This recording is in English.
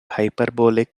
hyperbolic